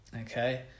okay